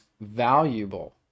valuable